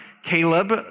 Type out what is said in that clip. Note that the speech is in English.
Caleb